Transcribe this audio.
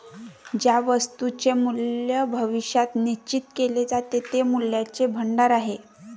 ज्या वस्तूंचे मूल्य भविष्यात निश्चित केले जाते ते मूल्याचे भांडार आहेत